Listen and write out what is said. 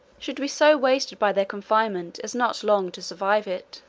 should be so wasted by their confinement as not long to survive it.